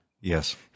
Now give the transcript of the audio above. Yes